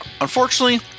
Unfortunately